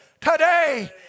today